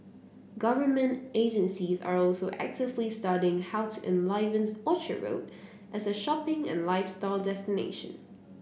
government agencies are also actively studying how to enliven Orchard Road as a shopping and lifestyle destination